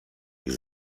ich